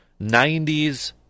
90s